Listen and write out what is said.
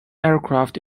aircraft